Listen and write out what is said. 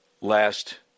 last